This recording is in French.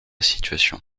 situation